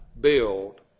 build